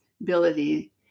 ability